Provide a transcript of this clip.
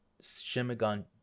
Shimagon